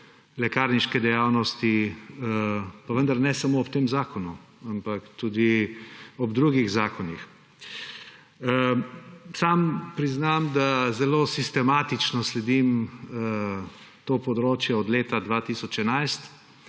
lekarniške dejavnosti, pa vendar ne samo ob tem zakonu, ampak tudi ob drugih zakonih. Sam priznam, da zelo sistematično spremljam to področje od leta 2011.